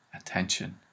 attention